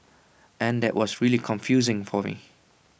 and that was really confusing for me